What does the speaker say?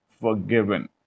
forgiven